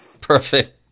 perfect